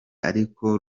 ariko